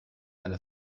eine